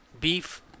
beef